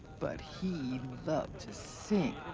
but he loved to sing.